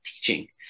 teaching